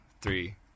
three